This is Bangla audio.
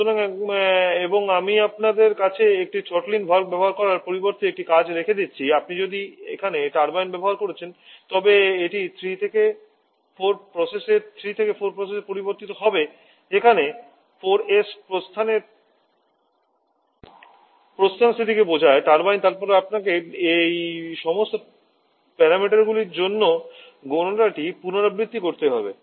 সুতরাং এবং আমি আপনার কাছে একটি থ্রোটলিং ভালভ ব্যবহার করার পরিবর্তে একটি কাজ রেখে দিচ্ছি আপনি যদি এখানে টারবাইন ব্যবহার করছেন তবে এটি 3 থেকে 4 প্রসেসের পরিবর্তে হবে যেখানে 4s প্রস্থানের প্রস্থান স্থিতিকে বোঝায় টারবাইন তারপরে আপনাকে এই সমস্ত প্যারামিটারগুলির জন্য গণনাটি পুনরাবৃত্তি করতে হবে